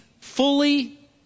fully